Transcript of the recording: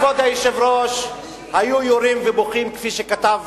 פעם, כבוד היושב-ראש, היו יורים ובוכים, כפי שכתב